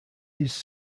his